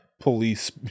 Police